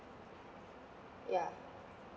ya